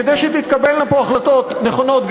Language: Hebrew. כדי שתתקבלנה פה החלטות נכונות,